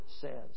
says